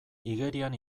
igerian